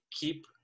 keep